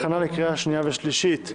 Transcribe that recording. הכנה לקריאה שנייה ושלישית.